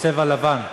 בצבע לבן.